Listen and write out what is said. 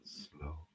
slow